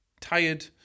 tired